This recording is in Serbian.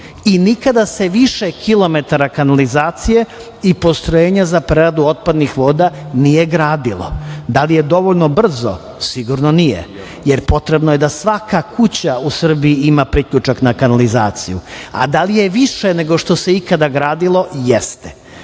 i nikada se više kilometara kanalizacije i postrojenja za preradu otpadnih voda nije gradilo. Da li je dovoljno brzo - sigurno nije, jer potrebno je da svaka kuća u Srbiji ima priključak na kanalizaciju, a da li je više nego što se ikada gradilo - jeste,